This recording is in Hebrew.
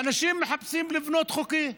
ואנשים מחפשים לבנות חוקי,